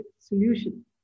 solution